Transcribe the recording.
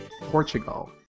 Portugal